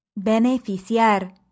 Beneficiar